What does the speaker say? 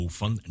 van